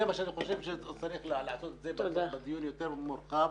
זה מה שאני חושב שצריך לעשות בדיון יותר מורחב,